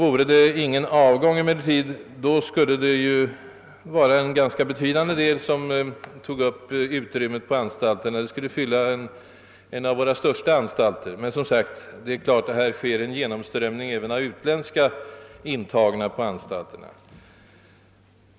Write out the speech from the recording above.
Om ingen avgång skulle äga rum, skulle en ganska betydande del ta upp utrymmet på anstalterna. De skulle tillsammans fylla en av våra största anstalter men, som sagt, här sker en genomströmning även av utländska intagna på anstalterna.